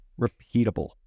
repeatable